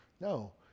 No